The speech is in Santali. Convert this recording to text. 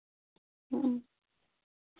ᱦᱮᱸ